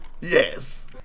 Yes